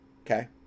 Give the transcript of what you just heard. Okay